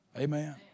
Amen